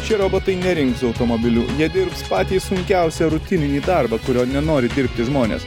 šie robotai nerinks automobilių jie dirbs patį sunkiausią rutininį darbą kurio nenori dirbti žmonės